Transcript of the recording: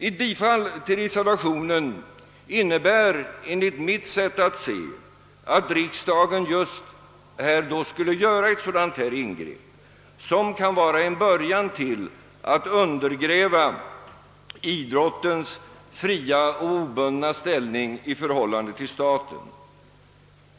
Ett bifall till reservationen innebär enligt mitt sätt att se att riksdagen skulle göra just ett sådant ingrepp, som kan vara en början till att man undergräver idrottens fria och obundna ställning.